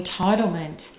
entitlement